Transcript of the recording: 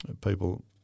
people